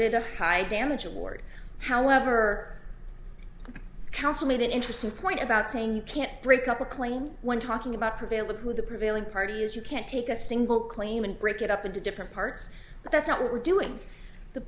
awarded a high damage award however the council made an interesting point about saying you can't break up a claim when talking about prevailing with the prevailing parties you can't take a single claim and break it up into different parts but that's not what we're doing the